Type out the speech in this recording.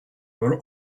were